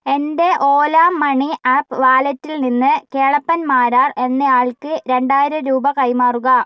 എൻ്റെ Ola money app വാലറ്റിൽ നിന്ന് കേളപ്പൻ മാരാർ എന്നയാൾക്ക് രണ്ടായിരം രൂപ കൈമാറുക